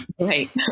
Right